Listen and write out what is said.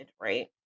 right